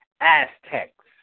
Aztecs